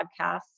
podcasts